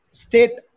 state